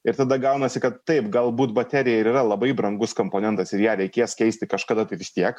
ir tada gaunasi kad taip galbūt baterija ir yra labai brangus komponentas ir ją reikės keisti kažkada vis tiek